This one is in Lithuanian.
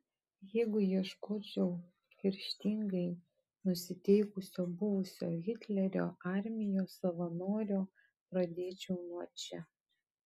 jeigu ieškočiau kerštingai nusiteikusio buvusio hitlerio armijos savanorio pradėčiau nuo čia